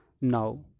now